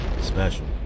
Special